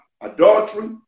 adultery